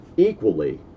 Equally